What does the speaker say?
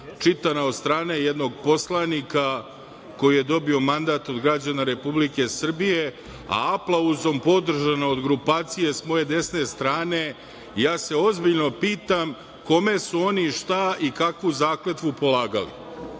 čitana od strane jednog poslanika koji je dobio mandat od građana Republike Srbije, a aplauzom podržan od grupacije s moje desne strane, ja se ozbiljno pitam kome su oni šta i kakvu zakletvu polagali. Kada